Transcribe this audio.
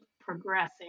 progressing